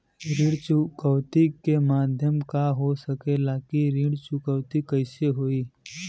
ऋण चुकौती के माध्यम का हो सकेला कि ऋण चुकौती कईसे होई?